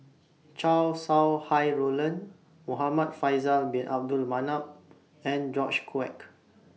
Chow Sau Hai Roland Muhamad Faisal Bin Abdul Manap and George Quek